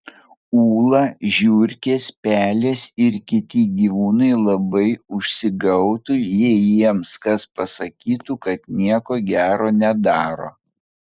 ūla žiurkės pelės ir kiti gyvūnai labai užsigautų jei jiems kas pasakytų kad nieko gera nedaro